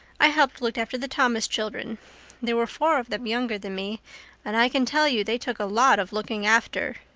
i helped look after the thomas children there were four of them younger than me and i can tell you they took a lot of looking after.